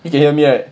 you can hear me right